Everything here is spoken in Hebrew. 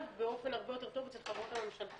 באופן הרבה יותר טוב אצל החברות הממשלתיות,